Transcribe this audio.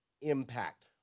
impact